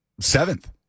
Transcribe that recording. Seventh